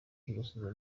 kwibasirwa